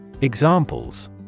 Examples